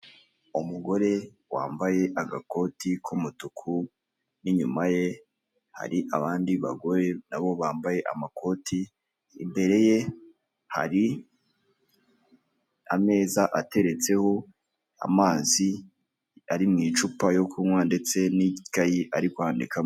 Umugore wambaye agakoti k'umutuku n'inyuma ye hari abandi bagore nabo bambaye amakoti, imbere ye hari ameza ateretseho amazi ari mu icupa yo kunywa ndetse n'igikayi ari kwandikamo.